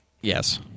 yes